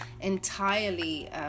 entirely